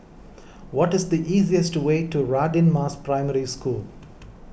what is the easiest way to Radin Mas Primary School